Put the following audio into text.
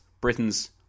Britain's